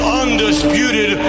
undisputed